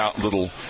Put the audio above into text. little